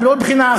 לא בחינה,